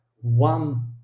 one